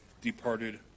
departed